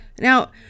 Now